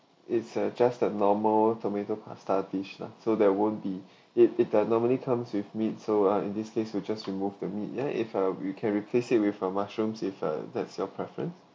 it's uh just the normal tomato pasta dish lah so that won't be it it does normally comes with meat so uh in this case we just remove the meat and then if uh we can replace it with a mushroom if uh that's your preference